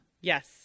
Yes